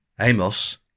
Amos